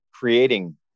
creating